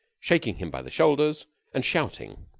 shaking him by the shoulders and shouting.